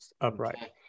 upright